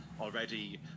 already